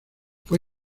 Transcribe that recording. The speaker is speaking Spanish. fue